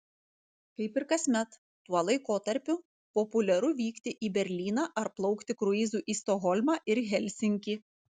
kaip ir kasmet tuo laikotarpiu populiaru vykti į berlyną ar plaukti kruizu į stokholmą ir helsinkį